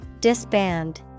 Disband